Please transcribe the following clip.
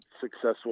successful